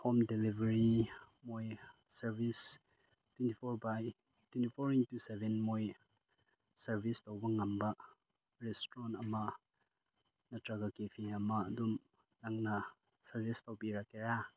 home delivery ꯃꯣꯏ service twenty four by twenty four into seven ꯃꯣꯏ service ꯇꯧꯕ ꯉꯝꯕ ꯔꯦꯁꯇꯨꯔꯦꯟ ꯑꯃ ꯅꯠꯇ꯭ꯔꯒ ꯀꯦꯐꯦ ꯑꯃ ꯑꯗꯨꯝ ꯅꯪꯅ ꯁꯖꯦꯁ ꯇꯧꯕꯤꯔꯛꯀꯦꯔꯥ